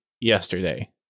yesterday